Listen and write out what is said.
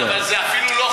כן, זה אפילו לא חוק.